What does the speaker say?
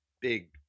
Big